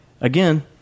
again